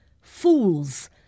Fools